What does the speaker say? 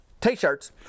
t-shirts